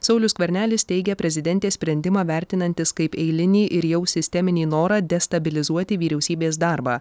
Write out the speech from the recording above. saulius skvernelis teigė prezidentės sprendimą vertinantis kaip eilinį ir jau sisteminį norą destabilizuoti vyriausybės darbą